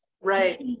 Right